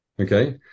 okay